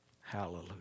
Hallelujah